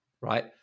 Right